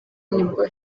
nibwo